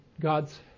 God's